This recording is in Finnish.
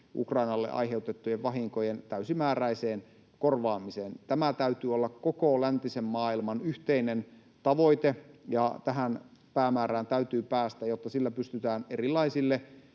Ukrainalle aiheutettujen vahinkojen täysimääräiseen korvaamiseen. Tämän täytyy olla koko läntisen maailman yhteinen tavoite, ja tähän päämäärään täytyy päästä, jotta sillä pystytään erilaisille